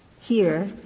here,